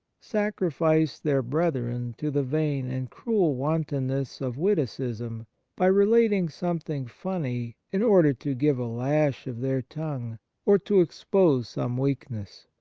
sacrifice their brethren to the vain and cruel wantonness of witticism by relating something funny in order to give a lash of their tongue or to expose some weakness.